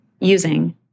using